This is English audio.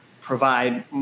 provide